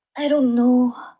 i don't know.